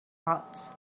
thoughts